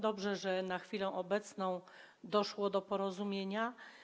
Dobrze, że na chwilę obecną doszło do porozumienia.